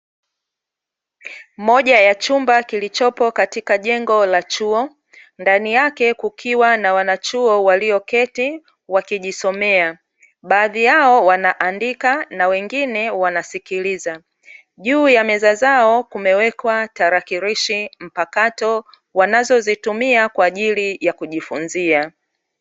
Moja ya chumba kilichopo katika jengo la chuo, ndani yake kukiwa na wanachuo walioketi wakijisomea baadhi yao wanaandika na wengine wanasikiliza, juu ya meza zao kumewekwa tarakirishi mpakato wanazozitumia kwa ajili ya kujifunzia.